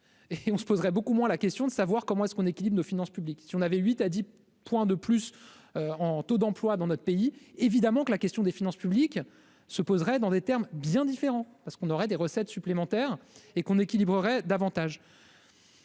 et on se poserait beaucoup moins la question de savoir comment est-ce qu'on équilibre de nos finances publiques, si on avait huit a dit point de plus en taux d'emploi dans notre pays, évidemment que la question des finances publiques se poserait dans des termes bien différents, parce qu'on aura des recettes supplémentaires et qu'on équilibreraient davantage.